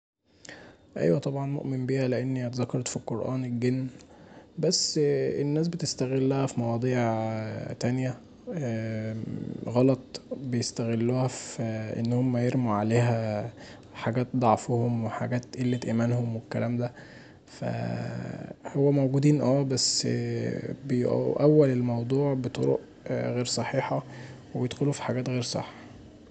أيوه طبعا مؤمن بيها، لان هي اتذكرت في القرآن، الجن بس الناس بتستغلها في مواضيع تانيه غلط، بيستغلوها في ان هما يرموا عليها حاجات ضعفهم وحاجات قلة ايمانهم وكدا، هو موجودين اه بس يأول الموضوع بطرق غير صحيحه وبيدخلوا في حاجات غير صح.